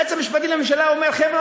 היועץ המשפטי לממשלה אומר: חבר'ה,